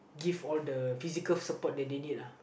give all the physical support they needed lah